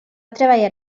treballar